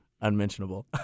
unmentionable